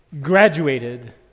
graduated